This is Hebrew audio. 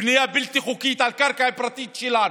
"בנייה בלתי חוקית" על קרקע פרטית שלנו,